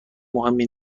مهمی